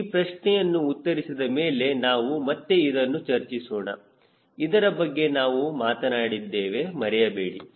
ಈ ಪ್ರಶ್ನೆಯನ್ನು ಉತ್ತರಿಸಿದ ಮೇಲೆ ನಾವು ಮತ್ತೆ ಇದನ್ನು ಚರ್ಚಿಸೋಣ ಇದರ ಬಗ್ಗೆ ನಾವು ಮಾತನಾಡಿದ್ದೇವೆ ಮರೆಯಬೇಡಿ